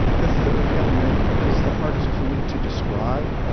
the third element is the hardest for me to describe.